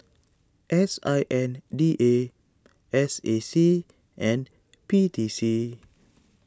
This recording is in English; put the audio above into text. S I N D A S A C and P T C